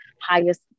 highest